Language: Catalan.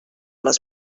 les